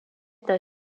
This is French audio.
d’un